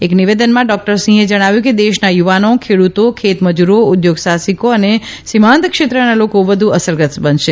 એક નિવેદનમાં ડોકટર સિંહે જણાવ્યું કે દેશના યુવાનો ખેડુતો ખેતમજુરો ઉદ્યોગ સાહસિકો અને સીમાંત ક્ષેત્રના લોકો વધુ અસરગ્રસ્ત બનશે